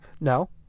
No